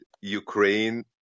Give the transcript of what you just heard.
Ukraine